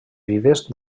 vives